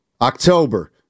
October